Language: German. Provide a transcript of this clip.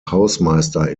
hausmeister